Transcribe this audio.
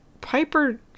Piper